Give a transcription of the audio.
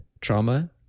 Trauma